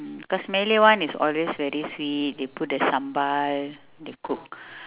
because malay one is always very sweet they put the sambal they cook